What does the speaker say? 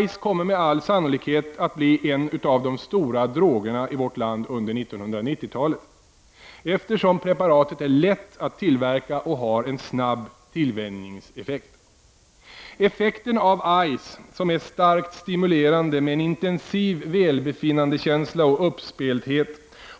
Ice kommer med all sannolikhet att bli en av de stora drogerna i vårt land under 1990-talet, eftersom preparatet är lätt att tillverka och har en snabb tillvänjningseffekt. Effekten av Ice, som är starkt stimulerande med en intensiv välbefinnandekänsla och uppspelthet,